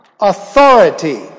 authority